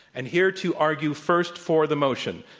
and here to argue first for the motion,